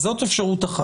זאת אפשרות אחת.